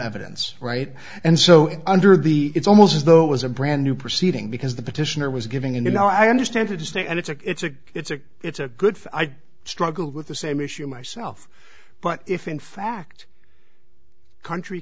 evidence right and so under the it's almost as though it was a brand new proceeding because the petitioner was giving in and i understand it to stay and it's a it's a it's a it's a good for i struggled with the same issue myself but if in fact country